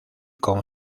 con